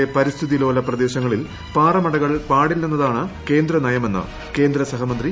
കേരളത്തിലെ പരിസ്ഥിതി ലോല പ്രദേശങ്ങളിൽ പാറമടകൾ പാടില്ലെന്നതാണ് കേന്ദ്ര നയമെന്ന് കേന്ദ്ര സഹമന്ത്രി വി